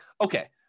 okay